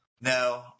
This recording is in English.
No